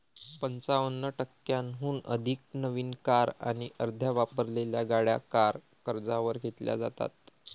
पंचावन्न टक्क्यांहून अधिक नवीन कार आणि अर्ध्या वापरलेल्या गाड्या कार कर्जावर घेतल्या जातात